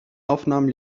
aufnahmen